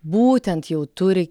būtent jau turi